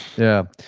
yeah.